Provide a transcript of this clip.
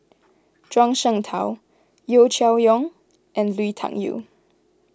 Zhuang Shengtao Yeo Cheow Tong and Lui Tuck Yew